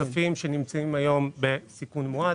כספים שנמצאים היום בסיכון מועט.